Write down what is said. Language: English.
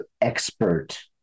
expert